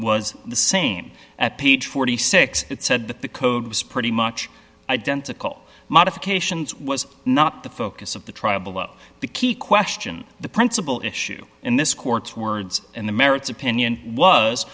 was the same at page forty six dollars it said that the code was pretty much identical modifications was not the focus of the trial below the key question the principle issue in this court's words in the merits opinion was